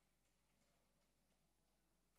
והוא מצטט את סעיף 7